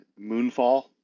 Moonfall